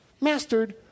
mastered